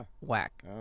whack